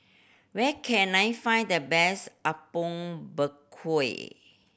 where can I find the best Apom Berkuah